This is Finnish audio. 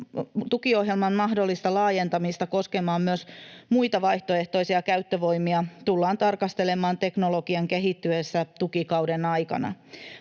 tukiohjelman mahdollista laajentamista koskemaan myös muita vaihtoehtoisia käyttövoimia tullaan tarkastelemaan teknologian kehittyessä tukikauden aikana.